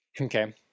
Okay